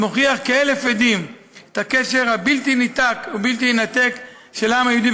שמוכיח כאלף עדים את הקשר הבלתי-ניתק או בלתי יינתק של העם היהודי